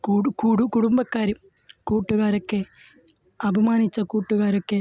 കുടു കുടു കുടുംബക്കാരും കൂട്ടുകാരൊക്കെ അപമാനിച്ച കൂട്ടുകാരൊക്കെ